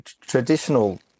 traditional